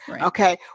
okay